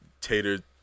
Tater